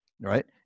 right